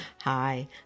Hi